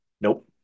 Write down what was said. Nope